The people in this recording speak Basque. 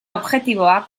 objektiboak